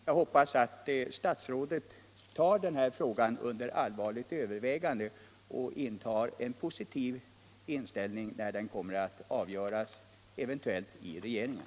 Jag hoppas att statsrådet allvarligt kommer att överväga denna fråga och skall inta en positiv ställning när den eventuellt kommer att avgöras i regeringen.